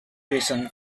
reason